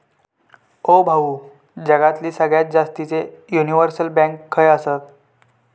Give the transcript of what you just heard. ओ भाऊ, जगातली सगळ्यात जास्तीचे युनिव्हर्सल बँक खय आसा